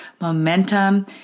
momentum